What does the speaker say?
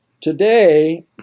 Today